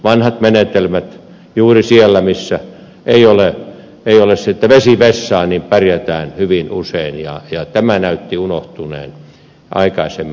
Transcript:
vanhoilla menetelmillä juuri siellä missä ei ole vesivessaa pärjätään hyvin usein ja tämä näytti unohtuneen aikaisemmin